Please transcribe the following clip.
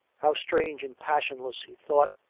how strange and passionless. he thought,